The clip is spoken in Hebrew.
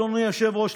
אדוני היושב-ראש,